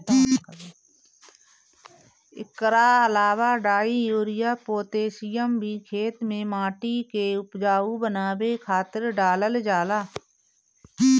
एकरा अलावा डाई, यूरिया, पोतेशियम भी खेते में माटी के उपजाऊ बनावे खातिर डालल जाला